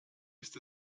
ist